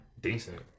decent